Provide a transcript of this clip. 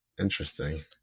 Interesting